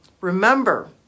remember